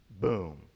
boom